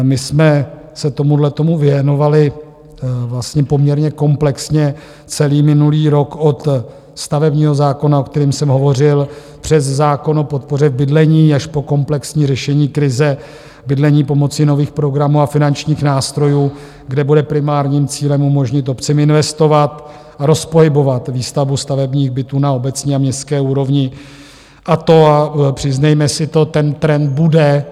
My jsme se tomuhletomu věnovali vlastně poměrně komplexně celý minulý rok od stavebního zákona, o kterém jsem hovořil, přes zákon o podpoře bydlení až po komplexní řešení krize bydlení pomocí nových programů a finančních nástrojů, kdy bude primárním cílem umožnit obcím investovat a rozpohybovat výstavbu stavebních (?) bytů na obecní a městské úrovni, a to, a přiznejme si to, ten trend bude.